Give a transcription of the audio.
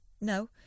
No